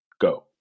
go